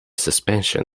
suspension